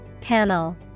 Panel